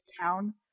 town